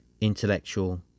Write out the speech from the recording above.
intellectual